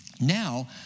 now